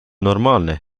normaalne